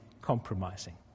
compromising